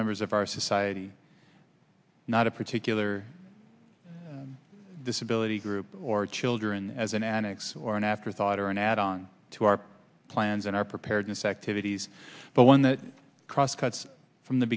members of our society not a particular disability group or children as an annex or an afterthought or an add on to our plans and our preparedness activities but one that cross cuts from the